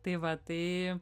tai va tai